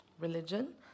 Religion